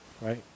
right